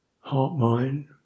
heart-mind